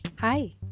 Hi